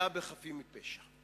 לפגיעה בחפים מפשע,